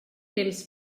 temps